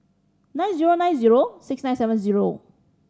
nine zero nine zero six nine seven zero